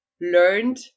learned